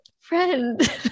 friend